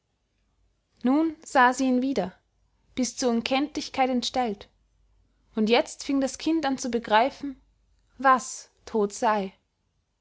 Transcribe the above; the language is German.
nun sah sie ihn wieder bis zur unkenntlichkeit entstellt und jetzt fing das kind an zu begreifen was tod sei